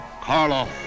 Karloff